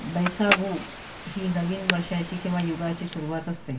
बैसागु ही नवीन वर्षाची किंवा युगाची सुरवात असते